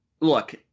Look